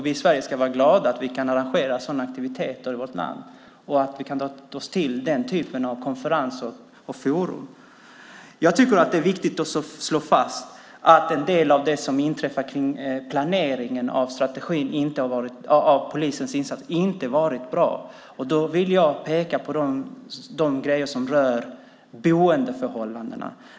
Vi ska vara glada över att vi kan arrangera sådana aktiviteter i Sverige och dra till oss den typen av konferenser och forum. Det är viktigt att slå fast att en del av det som inträffade kring planeringen av polisens insatser inte var bra. Där vill jag peka på det som rörde boendeförhållandena.